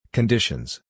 Conditions